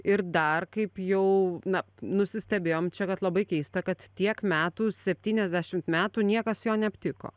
ir dar kaip jau na nusistebėjom čia kad labai keista kad tiek metų septyniasdešimt metų niekas jo neaptiko